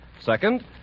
Second